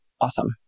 awesome